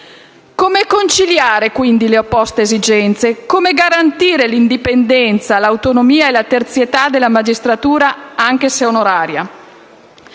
Come conciliare quindi le opposte esigenze? Come garantire l'indipendenza, l'autonomia e la terzietà della magistratura, anche se onoraria?